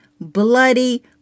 bloody